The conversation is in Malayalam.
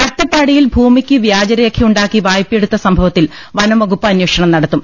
അട്ടപ്പാടിയിൽ ഭൂമിക്ക് വൃാജരേഖയുണ്ടാക്കി വായ്പയെടുത്ത സംഭവത്തിൽ വനം വകുപ്പ് അന്വേഷണം നടത്തും